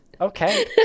Okay